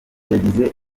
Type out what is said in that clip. yagize